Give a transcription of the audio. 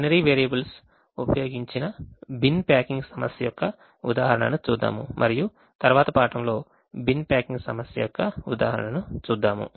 binary variables ఉపయోగించిన bin packing సమస్య యొక్క ఉదాహరణను చూద్దాము మరియు తర్వాత పాఠంలో బిన్ ప్యాకింగ్ సమస్య యొక్క ఉదాహరణను చూద్దాము